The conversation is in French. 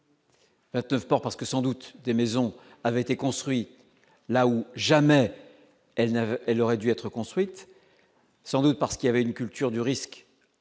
29 morts. Teuf parce que sans doute des maisons avaient été construits là où jamais elle ne elle aurait dû être construite sans doute parce qu'il y avait une culture du risque